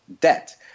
debt